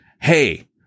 Hey